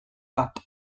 bat